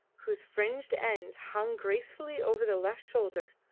whose fringed ends hung gracefully over the left shoulder,